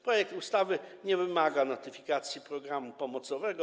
Projekt ustawy nie wymaga notyfikacji programu pomocowego.